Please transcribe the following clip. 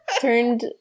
turned